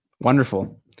Wonderful